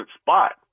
spot